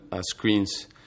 screens